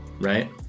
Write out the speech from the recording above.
right